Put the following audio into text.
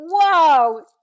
Whoa